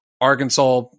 Arkansas